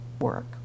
work